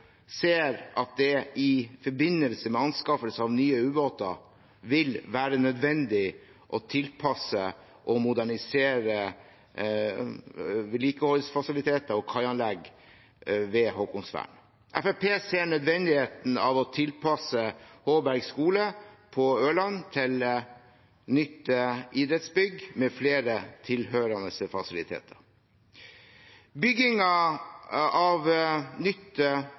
ser at det i forbindelse med anskaffelse av nye ubåter vil være nødvendig å tilpasse og modernisere vedlikeholdsfasiliteter og kaianlegg ved Haakonsvern. Fremskrittspartiet ser nødvendigheten av å tilpasse Hårberg skole på Ørland til nytt idrettsbygg med flere tilhørende fasiliteter. Byggingen av nytt